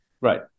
Right